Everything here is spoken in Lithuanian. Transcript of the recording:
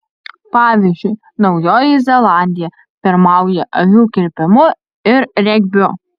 pavyzdžiui naujoji zelandija pirmauja avių kirpimu ir regbiu